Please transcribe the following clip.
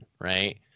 right